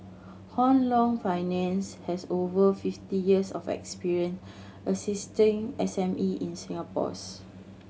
Hong Leong Finance has over fifty years of experience assisting S M E in Singapore's